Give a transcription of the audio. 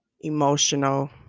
emotional